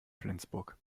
flensburg